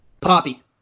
Poppy